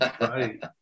Right